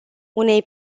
unei